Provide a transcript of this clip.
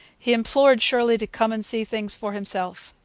he implored shirley to come and see things for himself.